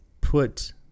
put